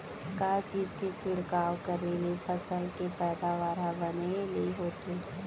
का चीज के छिड़काव करें ले फसल के पैदावार ह बने ले होथे?